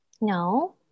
No